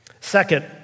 Second